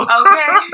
okay